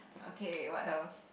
okay what else